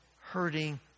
hurting